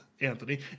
Anthony